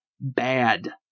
bad